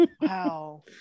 wow